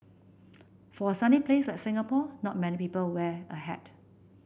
for a sunny place like Singapore not many people wear a hat